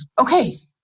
okay,